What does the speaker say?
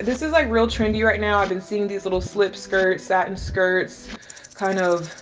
this is like real trendy right now. i've been seeing these little slip skirts sat in skirts kind of